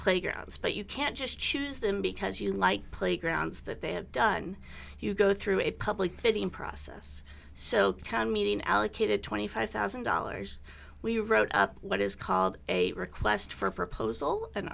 playgrounds but you can't just choose them because you like playgrounds that they have done you go through a public building process so can mean allocated twenty five thousand dollars we wrote up what is called a request for proposal an